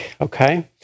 okay